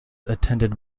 attended